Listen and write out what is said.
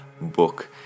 book